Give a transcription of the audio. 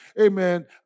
Amen